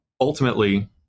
ultimately